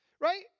right